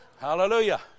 Hallelujah